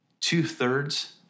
two-thirds